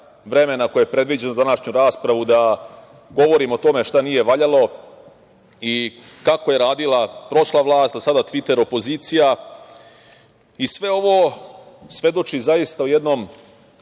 vremena koje je predviđeno za današnju raspravu da govorimo o tome šta nije valjalo i kako je radila prošla vlast, a sada Tviter opozicija. Sve ovo svedoči zaista o jednoj